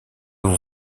vous